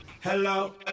hello